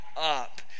up